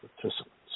participants